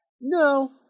No